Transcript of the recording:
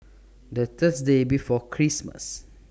The Thursday before Christmas